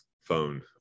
phone